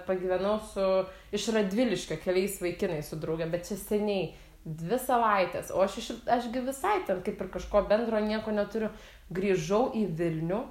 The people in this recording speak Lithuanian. pagyvenau su iš radviliškio keliais vaikinais su drauge bet čia seniai dvi savaites o aš iš aš gi visai ten kaip ir kažko bendro nieko neturiu grįžau į vilnių